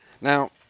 Now